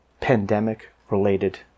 pandemic-related